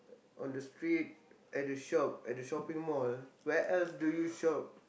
on the street at the shop at the shopping mall where else do you shop